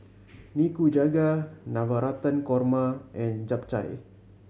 Nikujaga Navratan Korma and Japchae